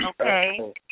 Okay